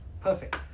Perfect